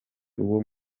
uwo